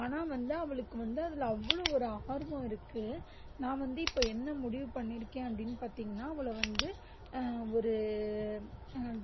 ஆனால் வந்து அவளுக்கு வந்து அதில் அவ்வளோ ஒரு ஆர்வம் இருக்குது நான் வந்து இப்போ என்ன முடிவு பண்ணியிருக்கேன் அப்படின்னு பார்த்திங்கனா அவளை வந்து ஒரு